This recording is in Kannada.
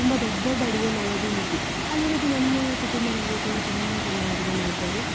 ತುಂಬ ದೊಡ್ಡ ದೊಡ್ಡ ಅಡಿಗೆ ಮಾಡೋದು ಈಸಿ ಅದೇ ರೀತಿ ನಮ್ಮ ಕುಟುಂಬದಲ್ಲಿಯೂ ಕೂಡ ತುಂಬ ಜನ ಅಡಿಗೆ ಮಾಡ್ತಾರೆ